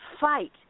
fight